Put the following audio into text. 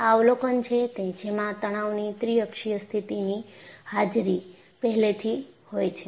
આ અવલોકન છે જેમાં તણાવની ત્રિઅક્ષીય સ્થિતિની હાજરી પહેલે થી હોય છે